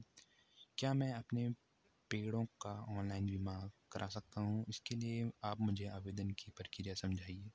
क्या मैं अपने पेड़ों का ऑनलाइन बीमा करा सकता हूँ इसके लिए आप मुझे आवेदन की प्रक्रिया समझाइए?